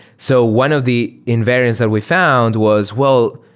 so one of the invariants that we found was, well,